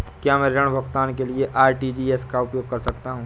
क्या मैं ऋण भुगतान के लिए आर.टी.जी.एस का उपयोग कर सकता हूँ?